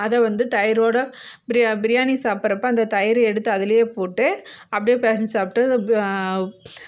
அதை வந்து தயிரோடு பிரியா பிரியாணி சாப்பிட்றப்ப அந்த தயிரை எடுத்து அதில் போட்டு அப்படியே பிசஞ்சி சாப்பிட்டு